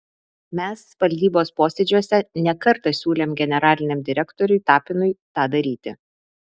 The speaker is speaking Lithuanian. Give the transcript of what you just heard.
mes valdybos posėdžiuose ne kartą siūlėm generaliniam direktoriui tapinui tą daryti